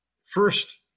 first